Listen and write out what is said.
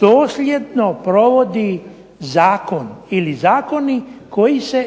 dosljedno provodi Zakon ili zakoni koji se